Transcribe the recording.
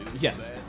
Yes